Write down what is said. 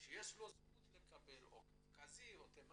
יש לו זכות לקבל, או קווקזי או תימני.